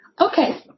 Okay